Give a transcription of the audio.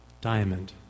diamond